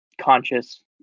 conscious